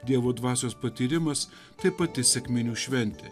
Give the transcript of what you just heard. dievo dvasios patyrimas tai pati sekminių šventė